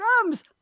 drums